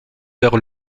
vers